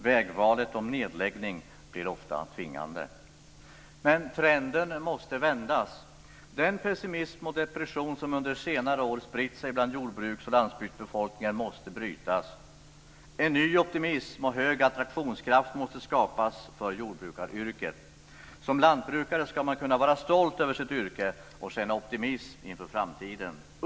Vägvalet om nedläggning blir ofta tvingande. Men trenden måste vändas. Den pessimism och depression som under senare år spritt sig bland jordbruks och landsbygdsbefolkningen måste brytas. En ny optimism och hög attraktionskraft måste skapas för jordbrukaryrket. Som lantbrukare ska man kunna vara stolt över sitt yrke och känna optimism inför framtiden.